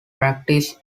practice